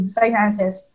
finances